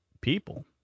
people